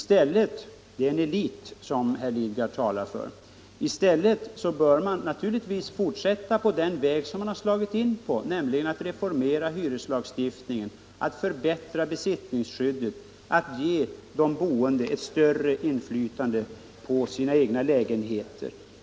Det är en elit som herr Lidgard talar för. I stället bör vi fortsätta på den väg som vi har slagit in på, nämligen att reformera hyreslagstiftningen, att förbättra besittningsskyddet, att ge de boende ett större inflytande över sina egna lägenheter.